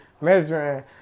measuring